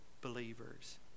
believers